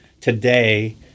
today